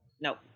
No